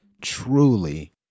truly